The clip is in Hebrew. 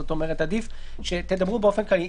זאת אומרת עדיף שתדברו באופן כללי.